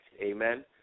Amen